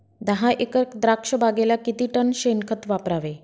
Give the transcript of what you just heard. दहा एकर द्राक्षबागेला किती टन शेणखत वापरावे?